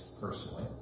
personally